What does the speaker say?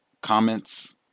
comments